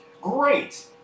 Great